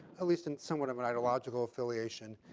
at least and somewhat of an ideological affiliation,